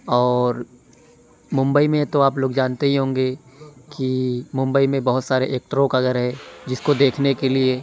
اور ممبئی میں تو آپ لوگ جانتے ہی ہوں گے کہ ممبئی میں بہت سارے ایکٹروں کا گھر ہے جس کو دیکھنے کے لیے